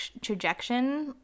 trajectory